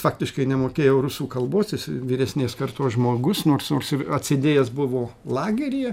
faktiškai nemokėjo rusų kalbos jis vyresnės kartos žmogus nors nors ir atsėdėjęs buvo lageryje